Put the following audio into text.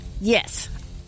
Yes